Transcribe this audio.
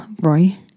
Roy